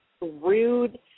rude